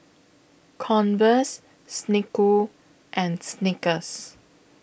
Converse Snek Ku and Snickers